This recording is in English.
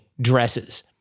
dresses